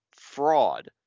fraud